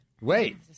Wait